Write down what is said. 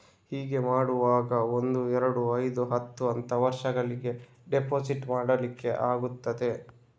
ಹೀಗೆ ಮಾಡುವಾಗ ಒಂದು, ಎರಡು, ಐದು, ಹತ್ತು ಅಂತ ವರ್ಷಗಳಿಗೆ ಡೆಪಾಸಿಟ್ ಮಾಡ್ಲಿಕ್ಕೆ ಆಗ್ತದೆ